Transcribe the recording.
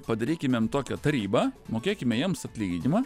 padarykimėm tokią tarybą mokėkime jiems atlyginimą